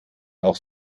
auch